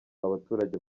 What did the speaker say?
abaturage